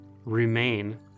remain